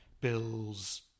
Bill's